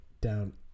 down